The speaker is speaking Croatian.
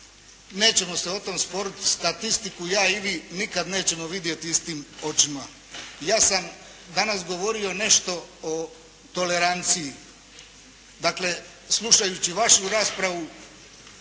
nećemo se o tome sporiti. Statistiku ja i vi nikada nećemo vidjeti istim očima. Ja sam danas govorio nešto o toleranciji. Dakle, slušajući vašu raspravu